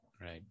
right